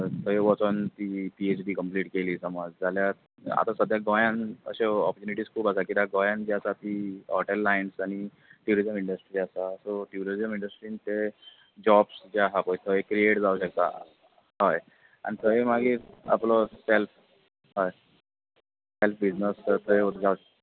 थंय वचोन ती पी एच डी कंप्लीट केली समज जाल्यार आतां सद्याक गोंयान अश्यो ऑपॉर्चुनिटीज खूब आसात कित्याक गोंयान जी आसा ती हॉटेल लायन आनी ट्युरिजम इंडस्ट्री आसा सो ट्युरिजम इंडस्टीन ते जोब्स जे आहा पय थंय क्रियेट जावंक शकता हय आनी थंय मागीर आपलो सेल्फ हय सेल्फ बिजनस थंय जावंक